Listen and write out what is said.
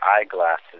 eyeglasses